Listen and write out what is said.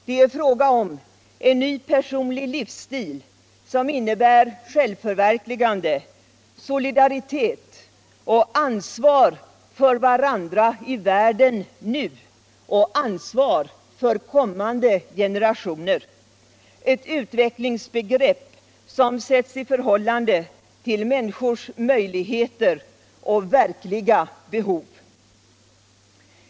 Det är fråga om en ny personlig livsstil, som innebär självförverkligande, solidaritet och ansvar för varandra i världen nu och för kommande generationer — ett utvecklingsbegrepp som sätts i förhållande till människors möjligheter och verkliga behov.